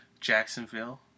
Jacksonville